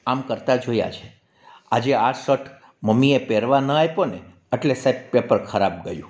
આમ કરતાં જોયા છે આજે આ શર્ટ મમ્મીએ પહેરવા ના આપ્યો ને એટલે સાહેબ પેપર ખરાબ ગયું